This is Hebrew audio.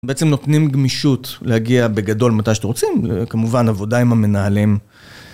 בעצם נותנים גמישות להגיע בגדול מתי שאתם רוצים, כמובן עבודה עם המנהלים.